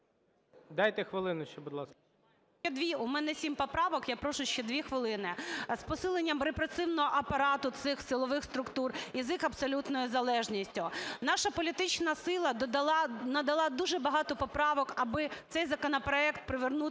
Дайте хвилину ще, будь ласка.